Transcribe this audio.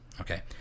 Okay